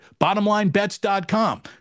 bottomlinebets.com